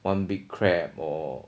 one big crab or